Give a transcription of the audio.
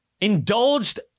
indulged